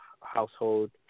household